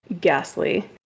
ghastly